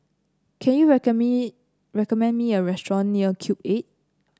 can you recommend me a restaurant near Cube Eight